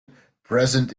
present